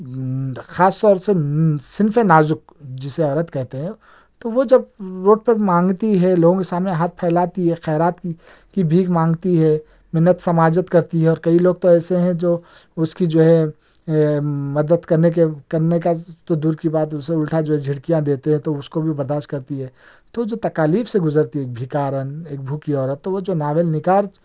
خاص طور سے صنفِ نازک جسے عورت کہتے ہیں تو وہ جب روڈ پر مانگتی ہے لوگوں کے سامنے ہاتھ پھلاتی ہے خیرات کی کہ بھیک مانگتی ہے منت سماجت کرتی ہے اور کئی لوگ تو ایسے ہے جو اُس کی جو ہے مدد کرنے کے کرنے کا تو دور کی بات اُسے اُلٹا جو ہے جھٹکیاں دیتے ہے تو اُس کو بھی وہ برداشت کرتی ہے تو جو تکالیف سے گُزرتی ہے بھکارن ایک بھوکی عورت تو وہ جو ناول نگار